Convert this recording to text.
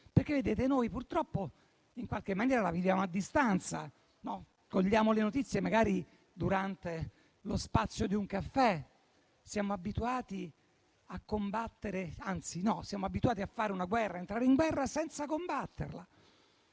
conflitto. Noi, purtroppo, in qualche maniera lo viviamo a distanza. Cogliamo le notizie magari durante lo spazio di un caffè, siamo abituati a fare una guerra e ad entrare in guerra senza combatterla.